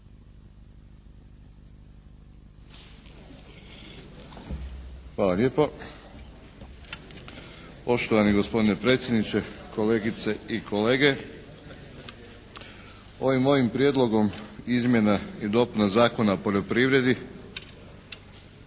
Hvala lijepo. Poštovani gospodine predsjedniče, kolegice i kolege. Ovim mojim prijedlogom izmjena i dopuna Zakona o poljoprivredi,